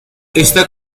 está